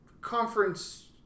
conference